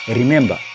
remember